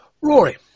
rory